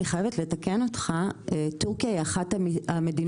אני חייבת לתקן אותך: טורקיה היא אחת המדינות